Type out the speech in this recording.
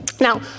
Now